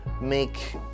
make